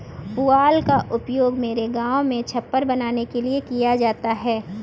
पुआल का उपयोग मेरे गांव में छप्पर बनाने के लिए किया जाता है